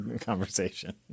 conversation